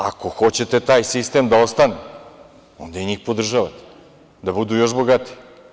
Ako hoćete taj sistem da ostane, onda njih i podržavajte, da budu još bogatiji.